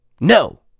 No